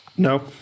No